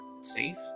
safe